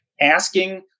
asking